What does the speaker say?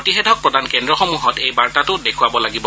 প্ৰতিষেধক প্ৰদান কেন্দ্ৰসমূহত এই বাৰ্তাটো দেখুৱাব লাগিব